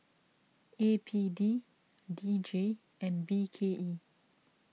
A P D D J and B K E